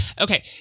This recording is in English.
Okay